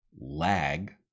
lag